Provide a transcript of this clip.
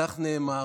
כך נאמר,